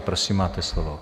Prosím, máte slovo.